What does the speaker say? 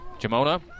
Jamona